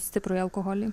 stiprųjį alkoholį